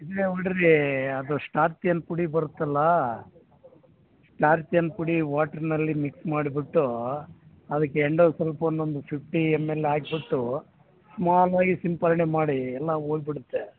ಇದೇ ಹೊಡೀರಿ ಅದು ಸ್ಟಾರ್ಚ್ ಏನು ಪುಡಿ ಬರುತ್ತಲ್ಲ ಸ್ಟಾರ್ಚ್ ಏನು ಪುಡಿ ವಾಟ್ರುನಲ್ಲಿ ಮಿಕ್ಸ್ ಮಾಡ್ಬಿಟ್ಟು ಅದಕ್ಕೆ ಎಂಡೋಸಲ್ಫೋನೊಂದು ಫಿಫ್ಟಿ ಎಮ್ ಎಲ್ ಹಾಕಿಬಿಟ್ಟು ಮಾಮೂಲಿ ಸಿಂಪರಣೆ ಮಾಡಿ ಎಲ್ಲ ಹೋಗ್ಬಿಡುತ್ತೆ